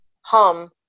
hum